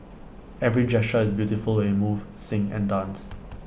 every gesture is beautiful when we move sing and dance